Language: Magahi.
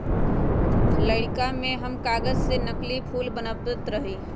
लइरका में हम कागज से नकली फूल बनबैत रहियइ